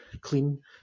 clean